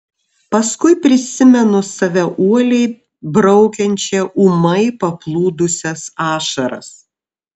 paskui prisimenu save uoliai braukiančią ūmai paplūdusias ašaras